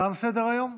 תם סדר-היום.